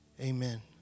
Amen